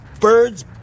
birds